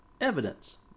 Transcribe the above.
evidence